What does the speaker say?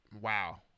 wow